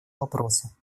вопроса